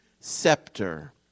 scepter